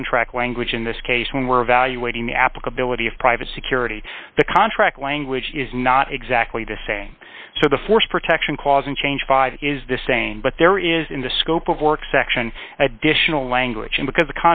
contract language in this case when we're evaluating the applicability of private security the contract language is not exactly the same so the force protection clause and change five is the same but there is in the scope of work section additional language and because the